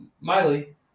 Miley